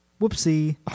Whoopsie